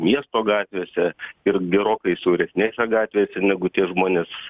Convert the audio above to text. miesto gatvėse ir gerokai siauresnėse gatvėse negu tie žmonės